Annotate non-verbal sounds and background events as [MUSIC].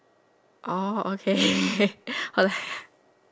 orh okay [LAUGHS] what the